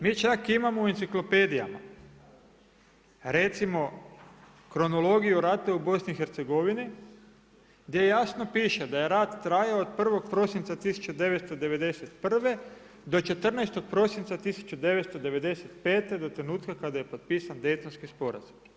Mi čak imamo u enciklopedijama recimo kronologiju rata u BiH gdje jasno piše da je rat trajao od 1. prosinca 1991. do 14. prosinca 1995. do trenutka kada je potpisan Daytonski sporazum.